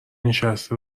نشسته